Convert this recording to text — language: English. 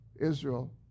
Israel